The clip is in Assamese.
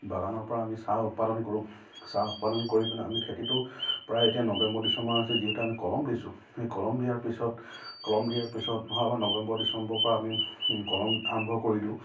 বাগানৰ পৰা আমি চাহ উৎপাদন কৰোঁ চাহ উৎপাদন কৰি পিনে আমি খেতিটো প্ৰায় এতিয়া নৱেম্বৰ ডিচম্বৰ মাহ হৈছে যিহেতু আমি কলম দিছোঁ সেই কলম দিয়াৰ পিছত কলম দিয়াৰ পিছত নহয় বা নৱেম্বৰ ডিচম্বৰ পৰা আমি কলম আৰম্ভ কৰি দিওঁ